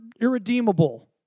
irredeemable